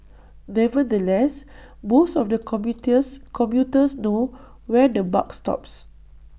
nevertheless most of the commuters know where the buck stops